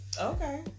Okay